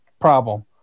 problem